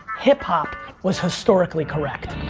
hip hop was historically correct.